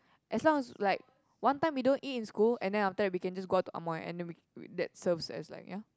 as long as like one time we don't eat in school and then after that we can just go out to Amoy and then we we that serves as like ya